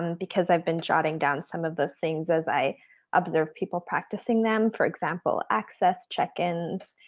because i've been jotting down some of those things as i observe people practicing them. for example, access check-ins,